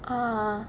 ah